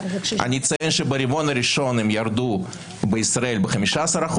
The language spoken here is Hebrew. אני אציין שברבעון הראשון הם ירדו בישראל ב-15%,